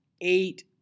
eight